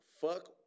fuck